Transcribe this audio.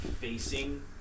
facing